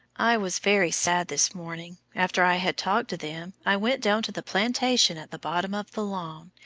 i was very sad this morning. after i had talked to them, i went down to the plantation at the bottom of the lawn,